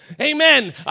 Amen